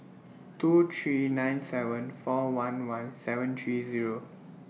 two three nine seven four one one seven three Zero